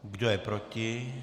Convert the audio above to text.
Kdo je proti?